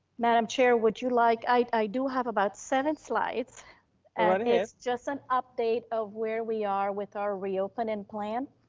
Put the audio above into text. madam chair, would you like, i do have about seven slides and um it's just an update of where we are with our reopening plan.